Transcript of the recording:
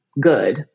good